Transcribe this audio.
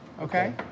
okay